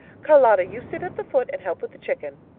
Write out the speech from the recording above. charlotta, you sit at the foot and help with the chicken.